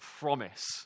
promise